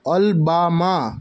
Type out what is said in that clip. alabama